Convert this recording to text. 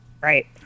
Right